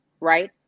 right